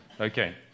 Okay